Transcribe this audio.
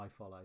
iFollow